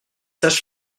sages